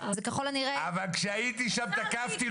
ככל הנראה --- אבל כשהייתי שם תקפתי,